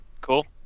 Cool